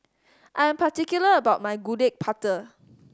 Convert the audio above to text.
I am particular about my Gudeg Putih